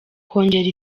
kongera